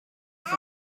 zeit